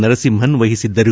ನರಸಿಂಹನ್ ವಹಿಸಿದ್ದರು